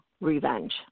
revenge